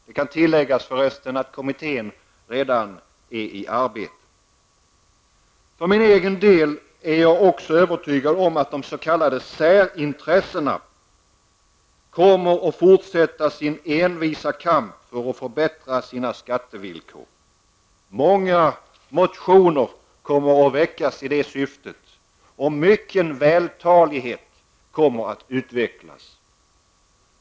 Det kan tilläggas att kommittén redan är i arbete. Jag för min del är också övertygad om att de s.k. särintressena kommer att fortsätta sin envisa kamp för att förbättra sina skattevillkor. Många motioner kommer att väckas i det syftet, och mycken vältalighet kommer att utvecklas.